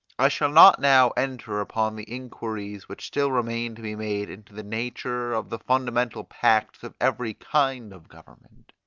i shall not now enter upon the inquiries which still remain to be made into the nature of the fundamental pacts of every kind of government,